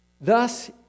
Thus